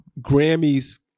Grammys